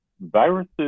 viruses